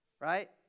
right